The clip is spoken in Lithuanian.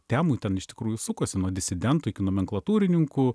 temų ten iš tikrųjų sukosi nuo disidentų iki nomenklatūrininkų